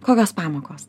kokios pamokos